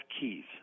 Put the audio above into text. keys